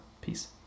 Peace